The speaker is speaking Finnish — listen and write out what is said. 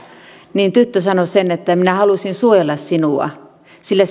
tyttö sanoi että minä halusin suojella sinua sillä